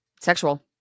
sexual